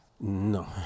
No